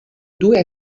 due